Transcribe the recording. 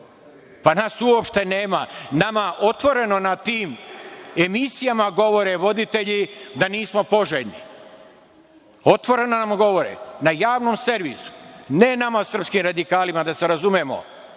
Nas uopšte nema. Nama otvoreno na tim emisijama govore voditelji da nismo poželjni, otvoreno nam govore na Javnom servisu, ne nama srpskim radikalima, da se razumemo,